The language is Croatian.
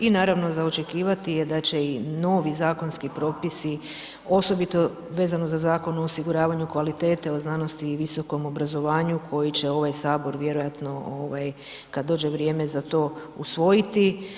I naravno za očekivati je da će i novi zakonski propisi osobito vezano za Zakon o osiguravanju kvalitete o znanosti i visokom obrazovanju koji će ovaj sabor vjerojatno ovaj kad dođe vrijeme za to usvojiti.